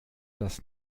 das